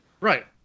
Right